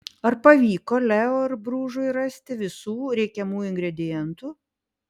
ar pavyko leo ir bružui rasti visų reikiamų ingredientų